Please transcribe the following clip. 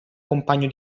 compagno